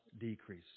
decrease